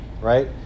right